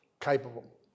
capable